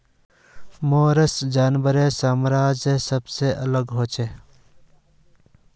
mollusc जानवरेर साम्राज्यत सबसे अलग हछेक